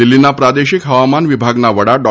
દિલ્હીના પ્રાદેશિક હવામાન વિભાગના વડા ડો